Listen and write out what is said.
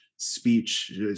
speech